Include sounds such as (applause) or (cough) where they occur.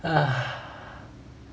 (breath)